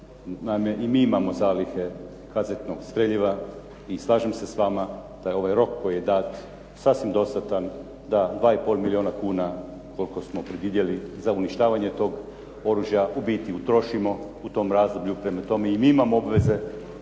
Naime, i mi imamo zalihe kazetnog streljiva i slažem se s vama da je ovaj rok koji je dat sasvim dostatan da 2 i pol milijuna kuna koliko smo predvidjeli za uništavanje toga oružja u biti utrošimo u tom razdoblju. Prema tome, i mi imamo obveze,